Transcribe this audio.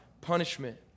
punishment